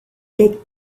take